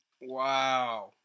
Wow